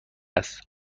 است